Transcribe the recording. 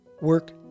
work